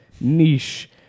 niche